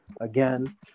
again